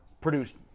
produced